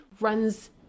runs